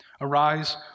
Arise